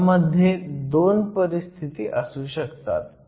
ह्यामध्ये 2 परिस्थिती असू शकतात